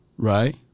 Right